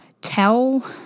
tell